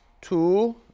Two